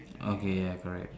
okay ya correct